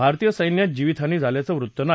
भारतीय सैन्यात जिवीतहानी झाल्याचं वृत्त नाही